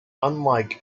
unlike